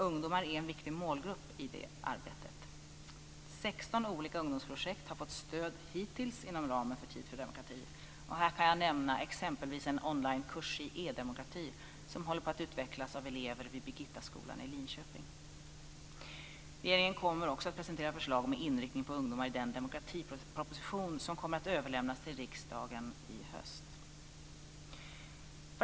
Ungdomar är en viktig målgrupp i det arbetet. 16 olika ungdomsprojekt har hittills fått stöd inom ramen för Tid för demokrati. Här kan jag nämna exempelvis en onlinekurs i edemokrati som håller på att utvecklas av elever vid Regeringen kommer också i den demokratiproposition som kommer att överlämnas till riksdagen i höst att presentera förslag med inriktning på ungdomar.